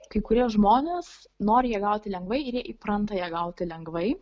kai kurie žmonės nori ją gauti lengvai ir jie įpranta ją gauti lengvai